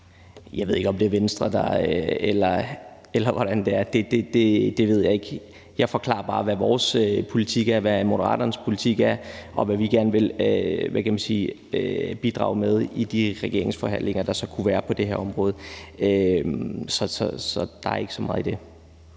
Jeg ved ikke, om det er Venstre, eller hvordan det er. Det ved jeg ikke. Jeg forklarer bare, hvad vores politik er, hvad Moderaternes politik er, og hvad vi gerne vil bidrage med i de regeringsforhandlinger, der så kunne være på det her område. Så der er ikke så meget i det.